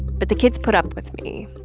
but the kids put up with me,